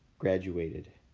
graduated.